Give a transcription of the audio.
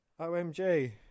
OMG